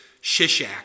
shishak